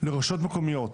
לרשויות מקומיות